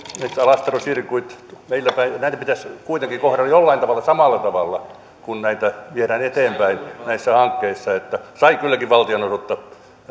alastaro circuit meillä päin ja näitä pitäisi kuitenkin kohdella jollain tavalla samalla tavalla kun näitä viedään eteenpäin näissä hankkeissa se sai kylläkin valtionosuutta